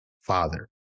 father